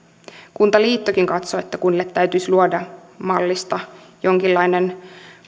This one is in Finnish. kuntaliittokin katsoo että kunnille täytyisi luoda mallista jonkinlainen